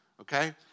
okay